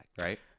right